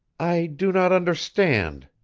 i do not understand,